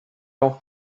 auch